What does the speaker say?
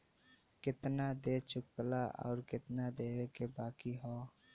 केतना दे चुकला आउर केतना देवे के बाकी हौ